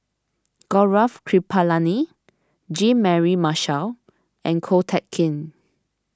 Gaurav Kripalani Jean Mary Marshall and Ko Teck Kin